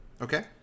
Okay